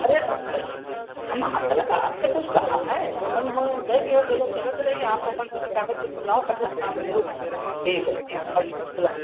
अरे तो हम आज तलक आपसे कुछ कहा है जो मन होए ऊ दइ दिहो चलो चलत रही आप अपन सभी कागज पत्तर लाओ फट्ट से काम शुरू ठीक है ठीक कागज पत्तर लाओ